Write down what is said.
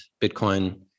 Bitcoin